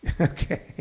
Okay